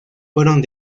fueron